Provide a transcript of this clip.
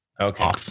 Okay